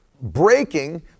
breaking